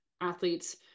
athletes